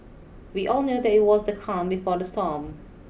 we all knew that it was the calm before the storm